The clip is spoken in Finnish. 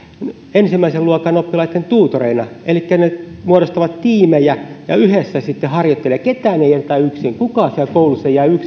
ensimmäisen luokan oppilaitten tuutoreina elikkä he muodostavat tiimejä ja yhdessä sitten harjoittelevat eikä ketään jätetä yksin kukaan siellä koulussa ei jää yksin hän